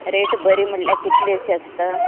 rate बरी म्हणल्यार कितलीं अशीं आसता